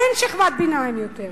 אין שכבת ביניים יותר.